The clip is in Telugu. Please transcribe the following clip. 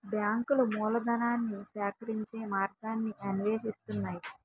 బ్యాంకులు మూలధనాన్ని సేకరించే మార్గాన్ని అన్వేషిస్తాయి